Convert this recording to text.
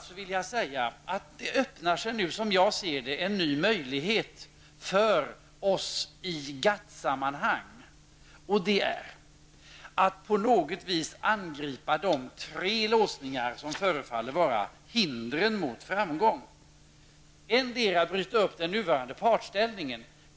Som jag ser saken öppnar sig nu en ny möjlighet för oss i GATT-sammanhang. Det handlar då om att på något vis angripa de tre låsningar som förefaller vara ett hinder när det gäller att nå framgång här. Man kan t.ex. så att säga bryta den nuvarande partsställningen.